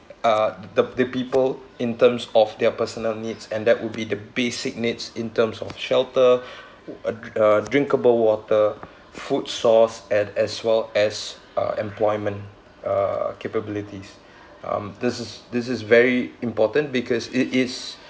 uh the the people in terms of their personal needs and that would be the basic needs in terms of shelter uh dri~ uh drinkable water food source and as well as uh employment uh capabilities um this is this is very important because it is